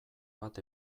bat